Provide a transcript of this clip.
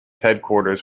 headquarters